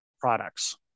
products